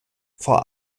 vor